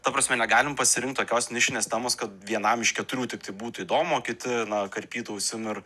ta prasme negalim pasirinkt tokios nišinės temos kad vienam iš keturių tiktai būtų įdomu o kiti na karpytų ausim ir